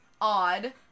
Odd